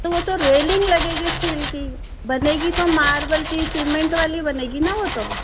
तो वो तो रैलिंग लगेगी स्टील की बनेगी तो मार्बल की सीमेन्ट वाली बनेगी ना वो तो